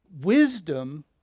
Wisdom